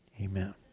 amen